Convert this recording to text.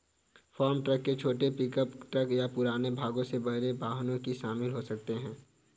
farm truck में छोटे pickup truck या पुराने भागों से बने वाहन भी शामिल हो सकते हैं